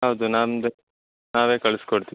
ಹೌದು ನಮ್ದು ನಾವೇ ಕಳಿಸಿ ಕೊಡ್ತೀವಿ